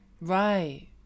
Right